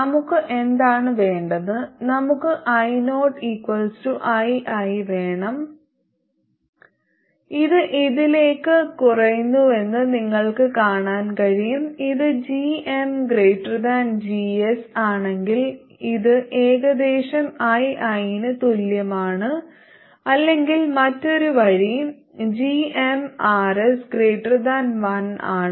നമുക്ക് എന്താണ് വേണ്ടത് നമുക്ക് ioii വേണം ഇത് ഇതിലേക്ക് കുറയുന്നുവെന്ന് നിങ്ങൾക്ക് കാണാൻ കഴിയും ഇത് gmGS ആണെങ്കിൽ ഇത് ഏകദേശം ii ന് തുല്യമാണ് അല്ലെങ്കിൽ മറ്റൊരു വഴി gmRs1 ആണ്